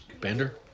Bender